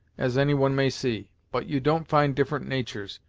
as any one may see, but you don't find different natur's.